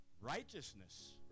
righteousness